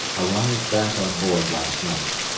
arrived back on board last night.